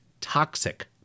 toxic